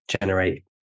generate